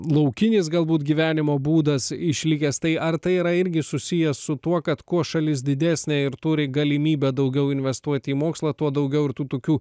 laukinis galbūt gyvenimo būdas išlikęs tai ar tai yra irgi susiję su tuo kad kuo šalis didesnė ir turi galimybę daugiau investuoti į mokslą tuo daugiau ir tų tokių